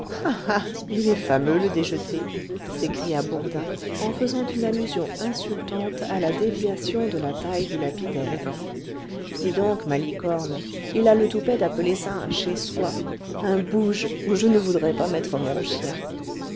il est fameux le déjeté s'écria bourdin en faisant une allusion insultante à la déviation de la taille du lapidaire dis donc malicorne il a le toupet d'appeler ça un chez soi un bouge où je ne voudrais pas mettre mon chien